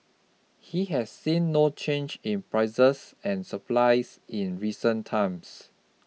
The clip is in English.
he has seen no change in prices and supplies in recent times